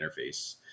interface